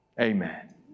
amen